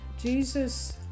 Jesus